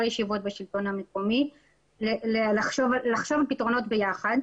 ישיבות בשלטון המקומי לחשוב על פתרונות ביחד.